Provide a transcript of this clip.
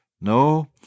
No